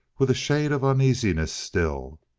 with a shade of uneasiness still.